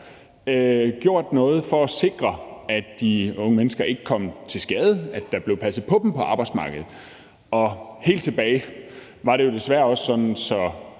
gjort noget for at sikre, at de unge mennesker ikke kom til skade, at der blev passet på dem på arbejdsmarkedet. Og helt tilbage i tiden var det jo desværre også sådan, at